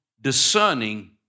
discerning